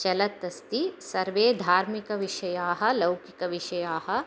चलत् अस्ति सर्वे धार्मिकविषयाः लौकिकविषयाः